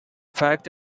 fact